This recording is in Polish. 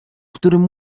którym